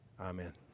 Amen